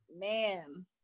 Man